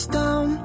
down